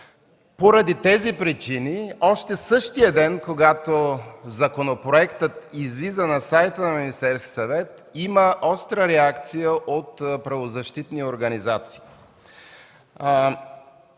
Поради тези причини още същия ден, когато законопроектът излиза на сайта на Министерския съвет, има остра реакция от правозащитни организации.